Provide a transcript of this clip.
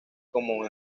como